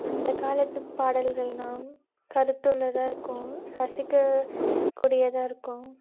அந்த காலத்துப் பாடல்கள்னால் கருத்துள்ளதாக இருக்கும் ரசிக்கக் கூடியதாக இருக்கும்